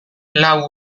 lau